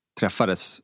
träffades